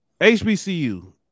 HBCU